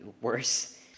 worse